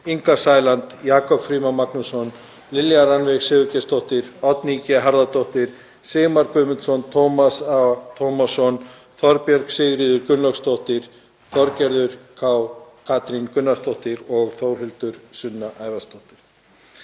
Inga Sæland, Jakob Frímann Magnússon, Lilja Rannveig Sigurgeirsdóttir, Oddný G. Harðardóttir, Sigmar Guðmundsson, Tómas A. Tómasson, Þorbjörg Sigríður Gunnlaugsdóttir, Þorgerður Katrín Gunnarsdóttir og Þórhildur Sunna Ævarsdóttir.